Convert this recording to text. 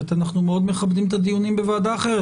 אנחנו מאוד מכבדים את הדיונים בוועדה אחרת,